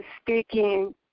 speaking